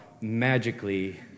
magically